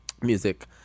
music